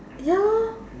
ya lor